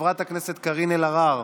חברת הכנסת קארין אלהרר,